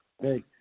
Hey